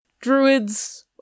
Druids